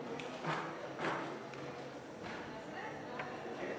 גברתי היושבת-ראש,